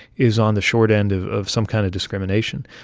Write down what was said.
is on the short end of of some kind of discrimination,